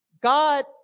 God